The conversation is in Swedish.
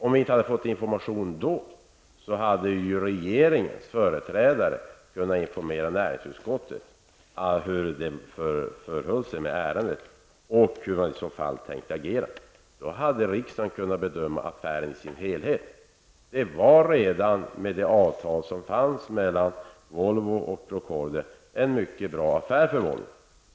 Om vi inte hade fått information då, hade regeringens företrädare kunnat informera näringsutskottet om hur det förhöll sig med ärendet och hur man tänkte agera. Då hade riksdagen kunnat bedöma affären i dess helhet. Det var redan med det avtal som fanns mellan Volvo och Procordia en mycket bra affär för Volvo.